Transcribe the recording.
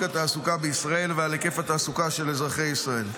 התעסוקה בישראל ועל היקף התעסוקה של אזרחי ישראל.